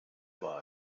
war